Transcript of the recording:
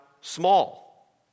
small